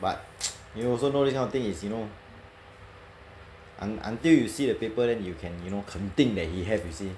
but you also know this kind of thing is you know un~ until you see the paper then you can you know 肯定 that he have you see